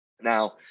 Now